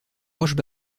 roches